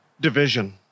division